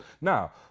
Now